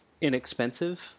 inexpensive